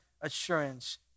Assurance